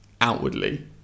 outwardly